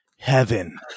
Heaven